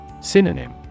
Synonym